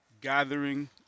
gathering